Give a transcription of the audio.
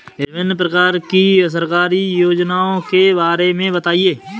विभिन्न प्रकार की सरकारी योजनाओं के बारे में बताइए?